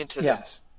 Yes